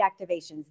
activations